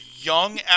young